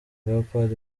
leopold